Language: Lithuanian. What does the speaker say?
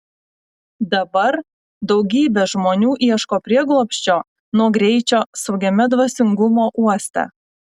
dabar daugybė žmonių ieško prieglobsčio nuo greičio saugiame dvasingumo uoste